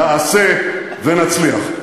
נעשה ונצליח.